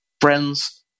friends